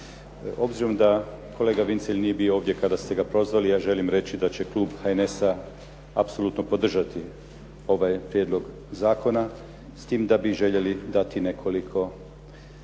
Obzirom da kolega Vincelj nije bio ovdje kada ste ga prozvali, ja želim reći da će klub HNS-a apsolutno podržati ovaj prijedlog zakona, s tim da bi željeli dati nekoliko